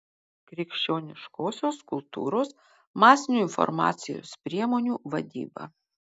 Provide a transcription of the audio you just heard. krikščioniškosios kultūros masinių informacijos priemonių vadyba